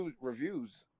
reviews